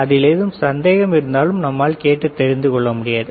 அதில் ஏதும் சந்தேகம் இருந்தாலும் நம்மால் கேட்டு தெரிந்து கொள்ள முடியாது